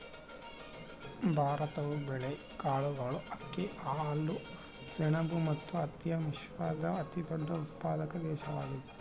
ಭಾರತವು ಬೇಳೆಕಾಳುಗಳು, ಅಕ್ಕಿ, ಹಾಲು, ಸೆಣಬು ಮತ್ತು ಹತ್ತಿಯ ವಿಶ್ವದ ಅತಿದೊಡ್ಡ ಉತ್ಪಾದಕ ದೇಶವಾಗಿದೆ